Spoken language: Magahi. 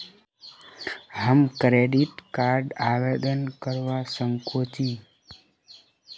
हम क्रेडिट कार्ड आवेदन करवा संकोची?